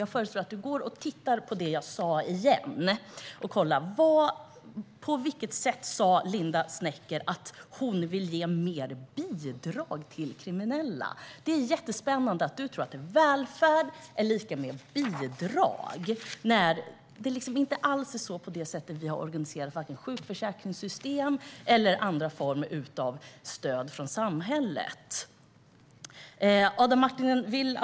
Jag föreslår att du tar del av det som jag sa och kollar: På vilket sätt sa Linda Snecker att hon vill ge mer bidrag till kriminella? Du tror att välfärd är lika med bidrag, men det är inte så vårt sjukförsäkringssystem eller andra former av stöd från samhället är organiserade.